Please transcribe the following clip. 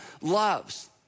loves